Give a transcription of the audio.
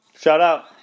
Shout-out